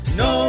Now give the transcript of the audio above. no